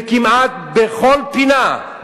וכמעט בכל פינה,